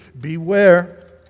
beware